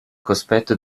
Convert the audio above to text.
cospetto